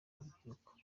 rubyiruko